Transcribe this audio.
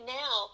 now